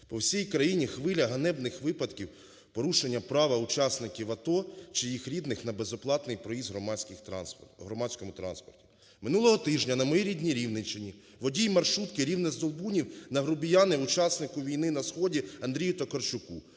По всій країні хвиля ганебних випадків порушення правил учасників АТО чи їх рідних на безоплатний проїзд в громадському транспорті. Минулого тижня на моїй рідній Рівненщині водій маршрутки "Рівне-Здолбунів" нагрубіянив учаснику війни на Сході Андрію Токарчуку.